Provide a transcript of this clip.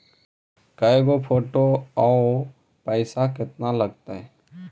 के गो फोटो औ पैसा केतना लगतै?